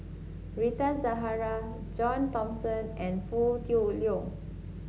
Rita Zahara John Thomson and Foo Tui Liew